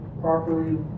properly